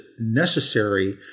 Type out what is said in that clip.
necessary